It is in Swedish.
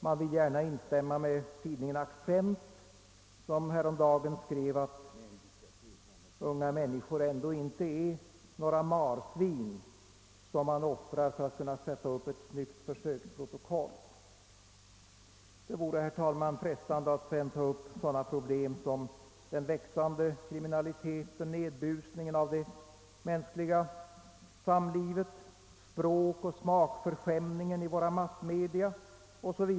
Man vill gärna instämma med tidningen Accent som häromdagen skrev att »unga människor ändå inte är några marsvin som man offrar för att kunna sätta upp ett snyggt försöksprotokoll». Det vore, herr talman, frestande att härefter ta upp sådana problem som den växande kriminaliteten, nedbusningen av det mänskliga samlivet, språkoch smakförskämningen i våra massmedia m.m.